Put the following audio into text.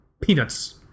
Peanuts